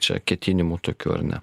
čia ketinimų tokiu ar ne